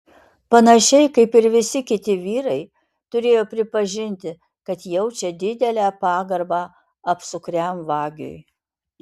panašiai kaip ir visi kiti vyrai turėjo pripažinti kad jaučia didelę pagarbą apsukriam vagiui